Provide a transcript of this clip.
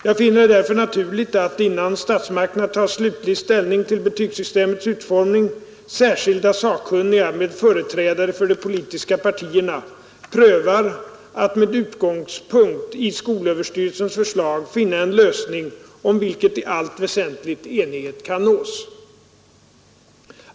Jag finner det därför naturligt att, innan statsmakterna tar slutlig ställning till betygssystemets utformning, särskilda sakkunniga med företrädare för de politiska partierna prövar att, med utgångspunkt i skolöverstyrelsens förslag, finna en lösning om vilken i allt väsentligt enighet kan nås.